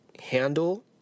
handle